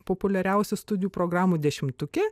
populiariausių studijų programų dešimtuke